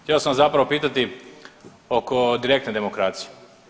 Htio sam vas zapravo pitati oko direktne demokracije.